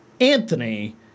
Anthony